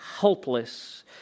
helpless